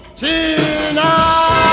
tonight